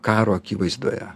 karo akivaizdoje